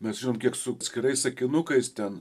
mes žinom kiek su atskirais sakinukais ten